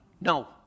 No